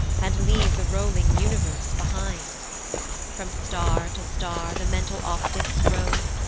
and leave the rolling universe behind from star to star the mental optics rove,